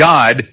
God